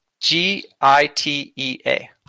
G-I-T-E-A